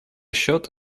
счет